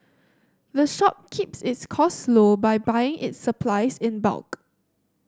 the shop keeps its costs low by buying its supplies in bulk